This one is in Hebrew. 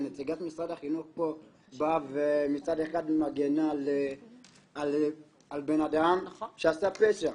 שנציגת משרד החינוך פה באה ומצד אחד מגנה על בן אדם שעשה פשע.